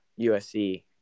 USC